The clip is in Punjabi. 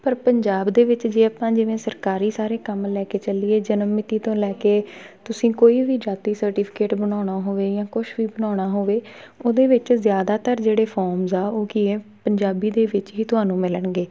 ਪਰ ਪੰਜਾਬ ਦੇ ਵਿੱਚ ਜੇ ਆਪਾਂ ਜਿਵੇਂ ਸਰਕਾਰੀ ਸਾਰੇ ਕੰਮ ਲੈ ਕੇ ਚੱਲੀਏ ਜਨਮ ਮਿਤੀ ਤੋਂ ਲੈ ਕੇ ਤੁਸੀਂ ਕੋਈ ਵੀ ਜਾਤੀ ਸਰਟੀਫਿਕੇਟ ਬਣਾਉਣਾ ਹੋਵੇ ਜਾਂ ਕੁਛ ਵੀ ਬਣਾਉਣਾ ਹੋਵੇ ਉਹਦੇ ਵਿੱਚ ਜ਼ਿਆਦਾਤਰ ਜਿਹੜੇ ਫੋਰਮਸ ਆ ਉਹ ਕੀ ਹੈ ਪੰਜਾਬੀ ਦੇ ਵਿੱਚ ਹੀ ਤੁਹਾਨੂੰ ਮਿਲਣਗੇ